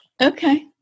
Okay